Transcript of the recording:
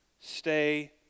Stay